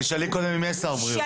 תשאלי קודם אם יש שר בריאות.